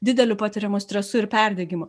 dideliu patiriamu stresu ir perdegimu